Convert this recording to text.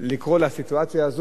לקרוא לסיטואציה הזאת,